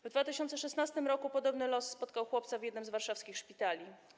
W 2016 r. podobny los spotkał chłopca w jednym z warszawskich szpitali.